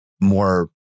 more